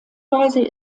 weise